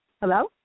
Hello